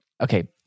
Okay